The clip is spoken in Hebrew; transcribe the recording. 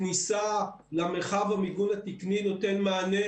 כניסה למרחב המיגון התקני נותן מענה,